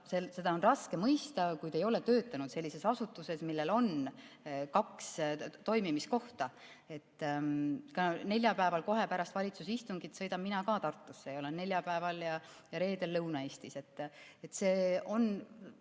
seda on raske mõista, kui te ei ole töötanud sellises asutuses, millel on kaks toimimiskohta. Neljapäeval, kohe pärast valitsuse istungit sõidan mina ka Tartusse ja olen neljapäeval ja reedel Lõuna-Eestis.